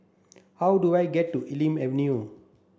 how do I get to Elm Avenue